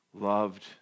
loved